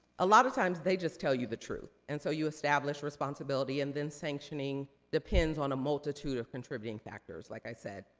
a lot of times, they just tell you the truth. and so you establish responsibility, and then the sanctioning depends on a multitude of contributing factors, like i said.